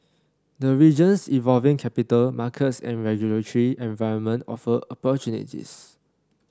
the region's evolving capital markets and regulatory environment offer opportunities